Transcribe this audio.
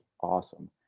awesome